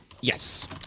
Yes